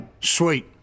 Sweet